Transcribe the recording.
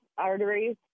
arteries